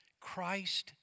Christ